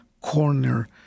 corner